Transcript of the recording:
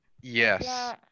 yes